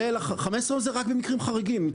15 זה רק במקרים חריגים.